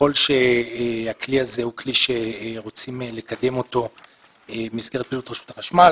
ככל שהכלי הזה הוא כלי שרוצים לקדם אותו במסגרת פעילות רשות החשמל,